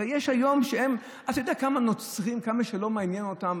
הרי אתה יודע כמה נוצרים יש היום שלא מעניין אותם,